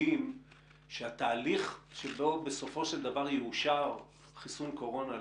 גם החיסון החי מוחלש הוא בטוח והוא יעיל באותה מידה כמו החיסון המומת.